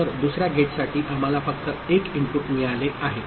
तर दुसर्या गेटसाठी आम्हाला फक्त एक इनपुट मिळाले आहे